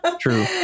true